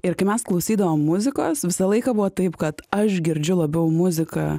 ir kai mes klausydavom muzikos visą laiką buvo taip kad aš girdžiu labiau muziką